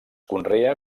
conrea